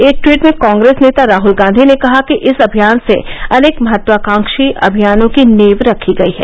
एक ट्वीट में कांग्रेस नेता राहुल गांधी ने कहा कि इस अभियान से अनेक महत्वाकांवी अभियानों की नींव रखी गई है